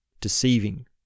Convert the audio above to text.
deceiving